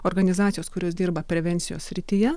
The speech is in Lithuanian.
organizacijos kurios dirba prevencijos srityje